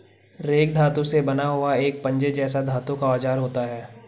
rake धातु से बना हुआ एक पंजे जैसा धातु का औजार होता है